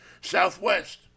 Southwest